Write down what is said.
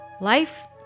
Life